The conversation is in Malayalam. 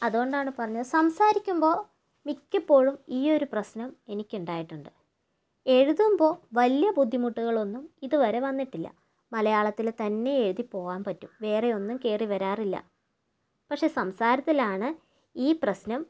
അതുകൊണ്ടാണ് പറഞ്ഞത് സംസാരിക്കുമ്പോൾ മിക്കപ്പോഴും ഈ ഒരു പ്രശ്നം എനിക്കുണ്ടായിട്ടുണ്ട് എഴുതുമ്പോൾ വലിയ ബുദ്ധിമുട്ടുകളൊന്നും ഇതുവരെ വന്നിട്ടില്ല മലയാളത്തില് തന്നെ എഴുതി പോകാൻ പറ്റും വേറെയൊന്നും കയറി വരാറില്ല പക്ഷെ സംസാരത്തിലാണ് ഈ പ്രശ്നം